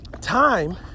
time